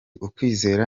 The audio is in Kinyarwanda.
ukwizera